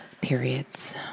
periods